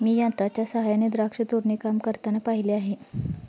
मी यंत्रांच्या सहाय्याने द्राक्ष तोडणी काम करताना पाहिले आहे